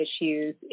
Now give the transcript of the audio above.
issues